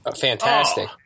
fantastic